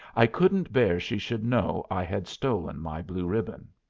i couldn't bear she should know i had stolen my blue ribbon.